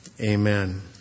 Amen